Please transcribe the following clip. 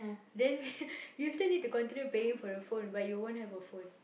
then you still need to continue paying for the phone but you won't have a phone